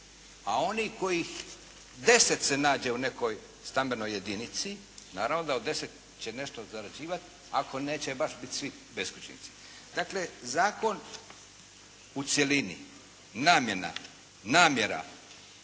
A onih kojih deset se nađe u nekoj stambenoj jedinici, naravno da od deset će nešto zarađivat, ako neće baš bit svi beskućnici. Dakle, zakon u cjelini, namjena, namjera